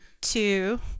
two